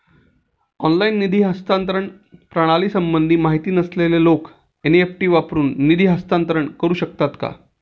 Online निधी हस्तांतरण प्रणालीसंबंधी माहिती नसलेले लोक एन.इ.एफ.टी वरून निधी हस्तांतरण करू शकतात का?